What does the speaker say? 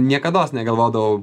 niekados negalvodavau